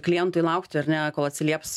klientui laukti ar ne kol atsilieps